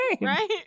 right